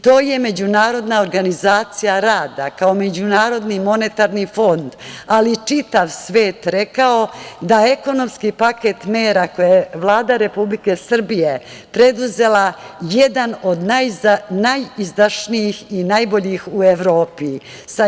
To je Međunarodna organizacija rada, kao MMF, ali i čitav svet rekao da ekonomski paket mera koji je Vlada Republike Srbije preduzela jedan od najizdašnijih i najboljih u Evropi.